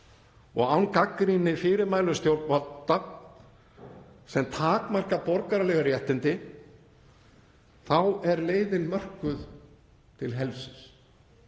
og án gagnrýni fyrirmælum stjórnvalda sem takmarka borgaraleg réttindi þá er leiðin mörkuð til helsis,